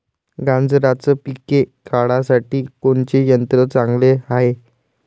गांजराचं पिके काढासाठी कोनचे यंत्र चांगले हाय?